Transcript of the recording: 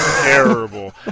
Terrible